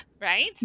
right